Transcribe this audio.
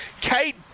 Kate